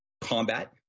combat